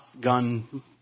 gun